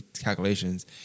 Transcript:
calculations